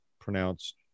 pronounced